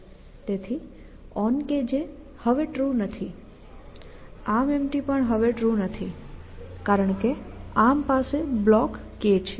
તેથી OnKJ હવે true નથી ArmEmpty હવે ટ્રુ નથી કારણ કે આર્મ પાસે બ્લોક K છે